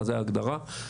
זה ההגדרה,